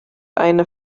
eine